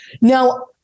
Now